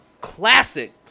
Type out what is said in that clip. classic